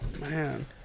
man